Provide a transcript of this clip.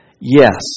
Yes